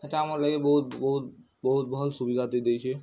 ସେଟା ଆମର୍ ଲାଗି ବହୁତ୍ ବହୁତ୍ ଭଲ୍ ସୁବିଧାଟେ ଦେଇଛେ